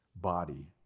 body